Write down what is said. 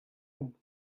omp